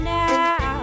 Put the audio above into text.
now